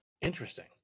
interesting